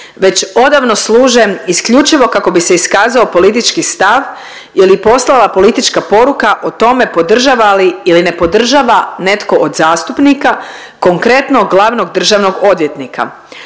već odavno služe isključivo kako bi se iskazao politički stav ili poslala politička poruka o tome podržava li ili ne podržava netko od zastupnika konkretno glavnog državnog odvjetnika,